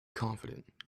confident